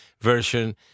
version